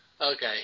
Okay